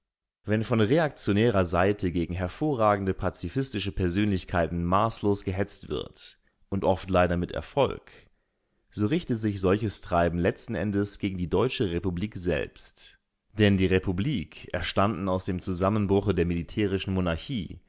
wenn von reaktionärer seite gegen hervorragende pazifistische persönlichkeiten maßlos gehetzt wird und oft leider mit erfolg so richtet sich solches treiben letzten endes gegen die deutsche republik selbst denn die republik erstanden aus dem zusammenbruche der militärischen monarchie